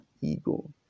ego